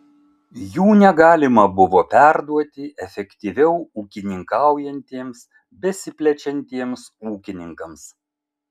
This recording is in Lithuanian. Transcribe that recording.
jų negalima buvo perduoti efektyviau ūkininkaujantiems besiplečiantiems ūkininkams